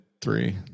three